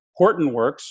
Hortonworks